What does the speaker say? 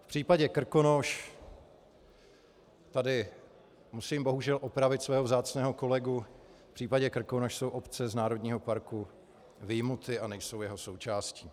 V případě Krkonoš, tady musím bohužel opravit svého vzácného kolegu, v případě Krkonoš jsou obce z národního parku vyjmuty a nejsou jeho součástí.